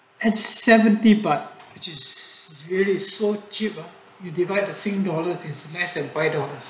at seventy but which is really so cheap ah you divide the sing dollars is less than five dollars